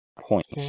Points